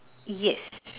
yes